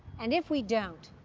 and if we don't,